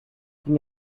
ging